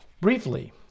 Briefly